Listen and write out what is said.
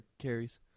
carries